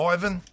Ivan